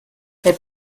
they